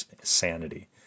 sanity